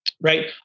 right